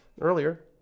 earlier